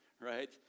right